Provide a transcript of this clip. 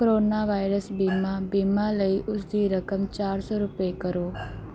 corona virus ਬੀਮਾਂ ਬੀਮਾਂ ਲਈ ਉਸ ਦੀ ਰਕਮ ਚਾਰ ਸੌ ਰੁਪਏ ਕਰੋ